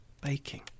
baking